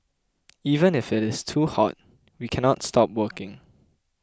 even if it is too hot we cannot stop working